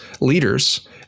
leaders